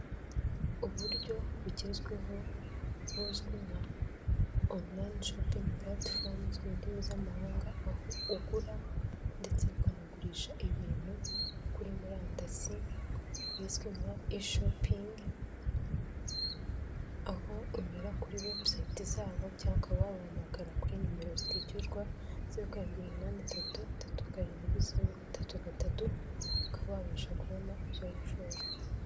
Uburyo bugezweho buzwi nka onurayini shopingi purati fomuzi mu ndimi z'amahanga, aho ugura ndetse bukanagurisha ibintu kuri murandasi bizwi nka i shopingi, aho unyura kuri wepusiyiti zabo cyangwa ukaba wabahamagara kuri nimero zitishyurwa zeru karindwi iminani itatu, tatu karindwi zeru gatatu gatatu, ukaba wabasha kubona ibyo wifuza.